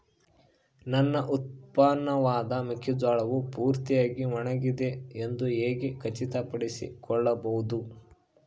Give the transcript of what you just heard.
ನನ್ನ ಉತ್ಪನ್ನವಾದ ಮೆಕ್ಕೆಜೋಳವು ಪೂರ್ತಿಯಾಗಿ ಒಣಗಿದೆ ಎಂದು ಹೇಗೆ ಖಚಿತಪಡಿಸಿಕೊಳ್ಳಬಹುದು?